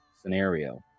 scenario